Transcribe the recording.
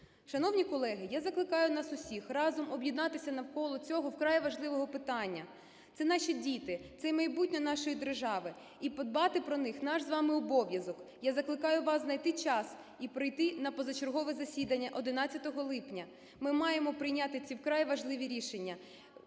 Шановні колеги, я закликаю нас усіх разом об'єднатися навколо цього вкрай важливого питання. Це наші діти, це майбутнє нашої держави, і подбати про них – наш з вами обов'язок. Я закликаю вас знайти час і прийти на позачергове засідання 11 липня. Ми маємо прийняти ці вкрай важливі рішення,